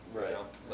Right